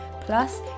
Plus